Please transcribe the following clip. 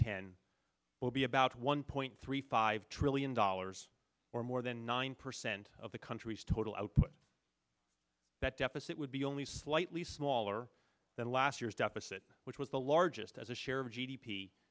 ten will be about one point three five trillion dollars or more than nine percent of the country's total output that deficit would be only slightly smaller than last year's deficit which was the largest as a share of g